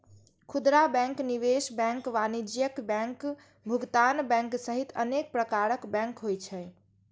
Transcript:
खुदरा बैंक, निवेश बैंक, वाणिज्यिक बैंक, भुगतान बैंक सहित अनेक प्रकारक बैंक होइ छै